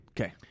Okay